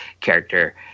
character